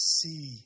see